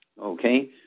Okay